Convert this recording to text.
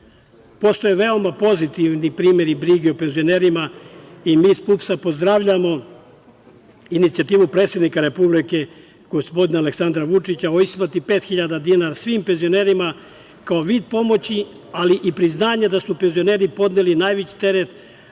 davanja. Postoje veoma pozitivni primeri brige o penzionerima i mi iz PUPS pozdravljamo inicijativu predsednika Republike, gospodina Aleksandra Vučića, o isplati 5.000,00 dinara, svim penzionerima kao vid pomoći, ali i priznanje da su penzioneri podneli najveći teret